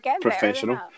professional